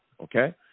okay